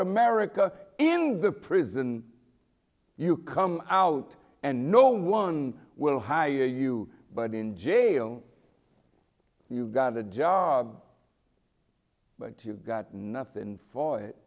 america in the prison you come out and no one will hire you but in jail you got a job but you've got nothing for it